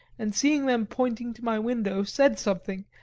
and seeing them pointing to my window, said something,